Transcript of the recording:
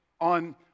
on